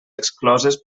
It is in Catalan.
excloses